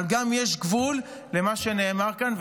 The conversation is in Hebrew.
אבל גם יש גבול למה שנאמר כאן.